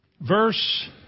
Verse